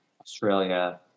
Australia